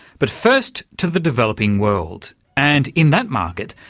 but first to the developing world, and in that market,